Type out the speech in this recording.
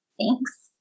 Thanks